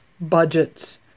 budgets